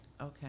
Okay